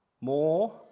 more